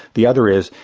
the other is,